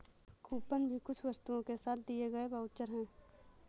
coupon भी कुछ वस्तुओं के साथ दिए गए वाउचर है